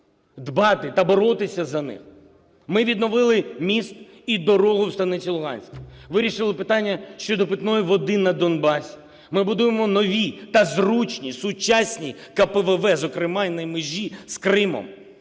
дбати та боротися за них. Ми відновили міст і дорогу в станиці Луганська, вирішили питання щодо питної води на Донбасі. Ми будуємо нові та зручні сучасні КПВВ, зокрема і на межі з Кримом.